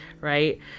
right